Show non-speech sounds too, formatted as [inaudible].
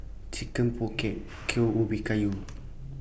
Chicken Pocket Kueh Ubi Kayu [noise]